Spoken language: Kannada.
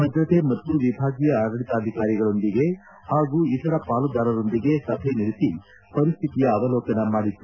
ಭದ್ರತೆ ಮತ್ತು ವಿಭಾಗೀಯ ಆಡಳಿತಾಧಿಕಾರಿಗಳೊಂದಿಗೆ ಹಾಗೂ ಇತರ ಪಾಲುದಾರರೊಂದಿಗೆ ಸಭೆ ನಡೆಸಿ ಪರಿಸ್ಥಿತಿಯ ಅವಲೋಕನ ಮಾಡಿತ್ತು